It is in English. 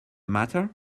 matter